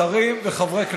שרים וחברי כנסת,